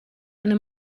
eine